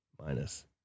Minus